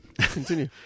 continue